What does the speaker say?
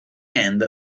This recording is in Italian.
end